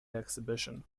exhibition